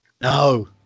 no